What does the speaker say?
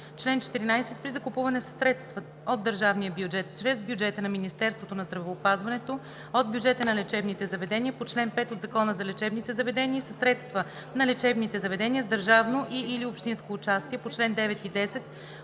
Чл. 14. При закупуване със средства от държавния бюджет чрез бюджета на Министерството на здравеопазването, от бюджета на лечебните заведения по чл. 5 от Закона за лечебните заведения и със средства на лечебните заведения с държавно и/или общинско участие по чл. 9 и 10